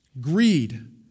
Greed